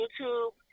YouTube –